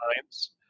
times